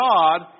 God